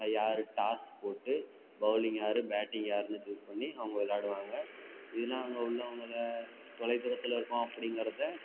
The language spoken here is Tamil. யார் டாஸ்க் போட்டு பௌலிங் யா பேட்டிங் யாருன்னு சூஸ் பண்ணி அவங்க விளையாடுவாங்க இதலாம் அங்கே உள்ளவங்களை தொலைதூரத்தில் இருக்கோம் அப்படிங்கிறத